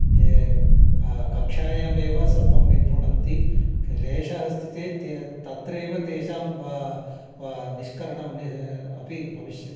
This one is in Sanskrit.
ते कक्षायामेव सर्वं विवृणन्ति क्लेशः अस्ति चेत् ते तत्रेव तेषां व निष्करणं नि अपि भविष्यति